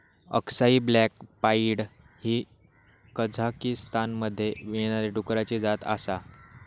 अक्साई black pied ही कझाकीस्तानमध्ये मिळणारी डुकराची जात आसा